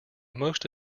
most